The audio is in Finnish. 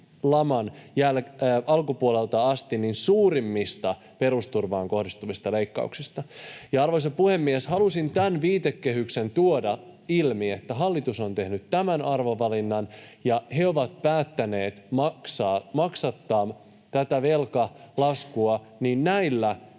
laman alkupuolelta asti suurimmista perusturvaan kohdistuvista leikkauksista. Arvoisa puhemies! Halusin tämän viitekehyksen tuoda ilmi, että hallitus on tehnyt tämän arvovalinnan ja he ovat päättäneet maksattaa velkalaskua